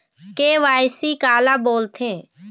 KYC काला बोलथें?